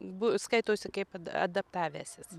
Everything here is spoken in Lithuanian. bu skaitosi kaip adaptavęsis